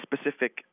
specific